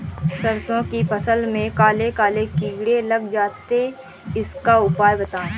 सरसो की फसल में काले काले कीड़े लग जाते इसका उपाय बताएं?